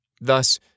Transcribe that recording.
Thus